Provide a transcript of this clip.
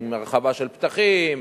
עם הרחבה של פתחים,